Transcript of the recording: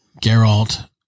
Geralt